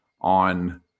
on